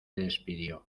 despidió